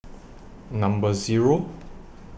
Number Zero